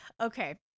Okay